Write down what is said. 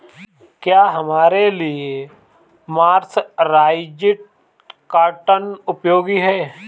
क्या हमारे लिए मर्सराइज्ड कॉटन उपयोगी है?